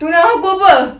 tunang aku apa